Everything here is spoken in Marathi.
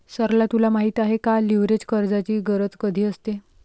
सरला तुला माहित आहे का, लीव्हरेज कर्जाची गरज कधी असते?